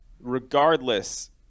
regardless